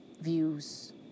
views